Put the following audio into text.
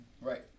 Right